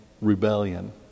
rebellion